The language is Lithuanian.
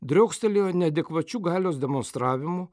driokstelėjo neadekvačiu galios demonstravimu